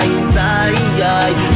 inside